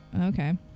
Okay